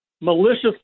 Malicious